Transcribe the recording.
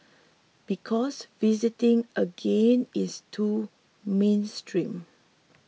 because visiting again is too mainstream